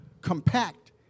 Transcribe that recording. compact